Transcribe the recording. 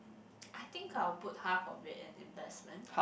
I think I'll put half of it in investment